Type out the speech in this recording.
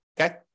Okay